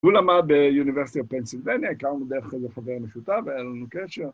‫הוא למד ב University of pansillvenia, ‫הכרנו דווקא איזה חבר משותף, ‫היה לנו קשר.